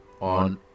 on